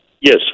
Yes